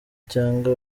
cyangwa